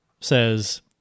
says